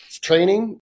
training